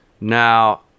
Now